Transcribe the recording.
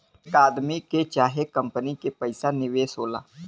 एक आदमी के चाहे कंपनी के पइसा निवेश होला